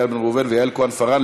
איל בן ראובן ויעל כהן-פארן,